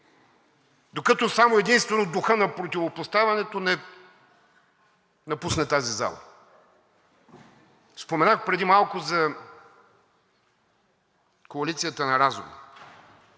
докато единствено духът на противопоставянето не напусне тази зала. Споменах преди малко за коалицията на разума.